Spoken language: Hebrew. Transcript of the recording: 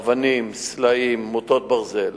אבנים, סלעים, מוטות ברזל